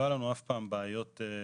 לא היה לנו אף פעם בעיות מורכבות,